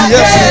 Yes